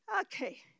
Okay